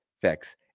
fix